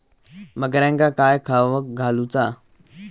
बकऱ्यांका काय खावक घालूचा?